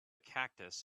cactus